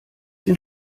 den